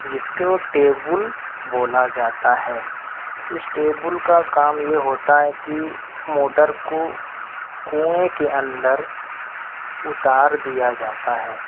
جس کو ٹیبل بولا جاتا ہے اس ٹیبل کا کام یہ ہوتا ہے کہ موٹر کو کنویں کے اندر اتار دیا جاتا ہے